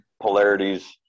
polarities